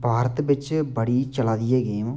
भारत बिच्च बड़ी चला दी ऐ गेम